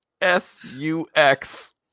S-U-X